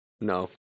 No